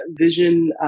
vision